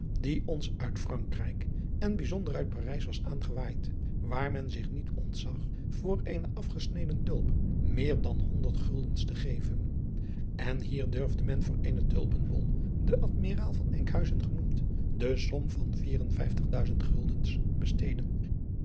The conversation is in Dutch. die ons uit frankrijk en bijzonder uit parijs was aangewaaid waar men zich niet ontzag voor eene afgesneden tulp meer dan honderd guldens te geven en hier durfde men voor eenen tulpenbol de admiraal van enkhuizen genoemd de som van guldens besteden